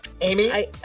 Amy